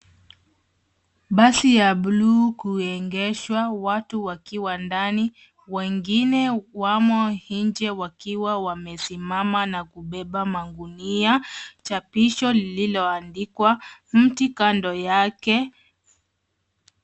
Basi ya blue[c] kuegeshwa watu wakiwa ndani, wengine wamo nje wakiwa wamesimama na kubeba magunia. Chapisho lililoandikwa. Mti kando yake.